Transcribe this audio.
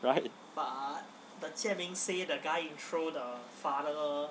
right